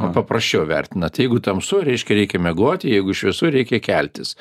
paprasčiau vertina tai jeigu tamsu reiškia reikia miegot jeigu šviesu reikia keltis